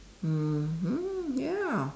mmhmm ya